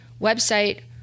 website